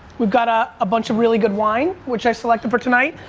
we've got a ah bunch of really good wine which i selected for tonight.